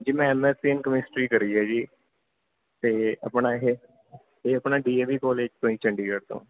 ਜੀ ਮੈਂ S S C in chemistry ਕਰੀ ਹੈ ਜੀ ਅਤੇ ਆਪਣਾ ਇਹ ਇਹ ਆਪਣਾ ਡੀ ਏ ਵੀ ਕੋਲੇਜ ਤੋਂ ਜੀ ਚੰਡੀਗੜ੍ਹ ਤੋਂ